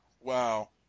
Wow